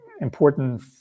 important